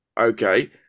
okay